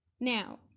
Now